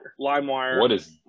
LimeWire